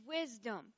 wisdom